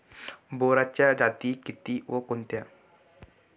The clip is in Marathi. बोराच्या जाती किती व कोणत्या?